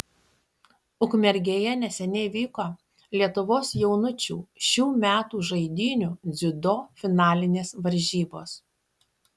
ukmergėje neseniai vyko lietuvos jaunučių šių metų žaidynių dziudo finalinės varžybos